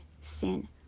sin